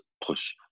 push